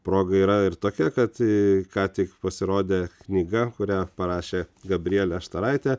proga yra ir tokia kad ką tik pasirodė knyga kurią parašė gabrielė štaraitė